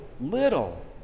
little